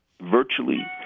virtually